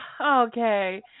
Okay